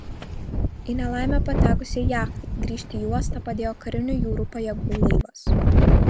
į nelaimę patekusiai jachtai grįžti į uostą padėjo karinių jūrų pajėgų laivas